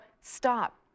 stop